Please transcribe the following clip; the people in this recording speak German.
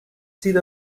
zieht